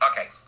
Okay